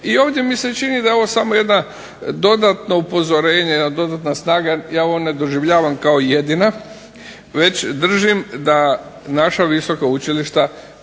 I ovdje mi se čini da je ovo samo jedno dodatno upozorenje, jedna dodatna snaga, ja ovo ne doživljavam kao jedina već držim da naša visoka učilišta